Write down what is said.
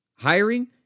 Hiring